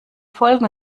folgen